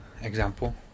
example